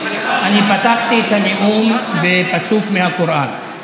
אני פתחתי את הנאום בפסוק מהקוראן.